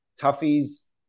Tuffy's